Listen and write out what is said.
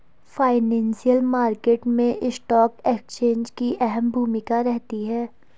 financial market मैं stock exchange की अहम भूमिका रहती है